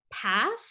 path